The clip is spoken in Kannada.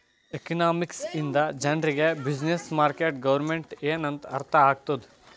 ಎಕನಾಮಿಕ್ಸ್ ಇಂದ ಜನರಿಗ್ ಬ್ಯುಸಿನ್ನೆಸ್, ಮಾರ್ಕೆಟ್, ಗೌರ್ಮೆಂಟ್ ಎನ್ ಅಂತ್ ಅರ್ಥ ಆತ್ತುದ್